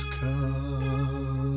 come